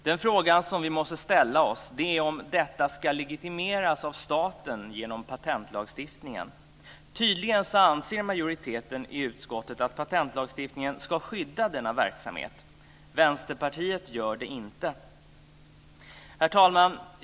Den fråga vi måste ställa oss är om detta ska legitimeras av staten genom patentlagstiftningen. Tydligen anser majoriteten i utskottet att patentlagstiftningen ska skydda denna verksamhet. Vänsterpartiet gör det inte. Herr talman!